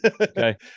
Okay